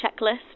checklist